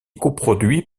coproduit